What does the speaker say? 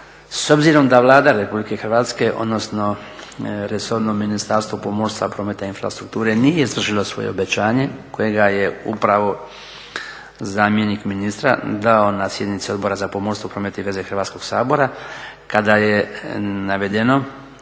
s obzirom da Vlada Republike Hrvatske odnosno resorno Ministarstvo pomorstva, prometa i infrastrukture nije održalo svoje obećanje kojega je upravo zamjenik ministra dao na sjednici Odbora za pomorstvo, promet i veze Hrvatskog sabora kada je navedeno